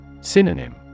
Synonym